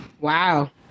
Wow